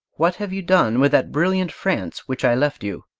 what have you done with that brilliant france which i left you?